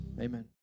Amen